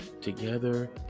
together